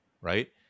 Right